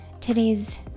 today's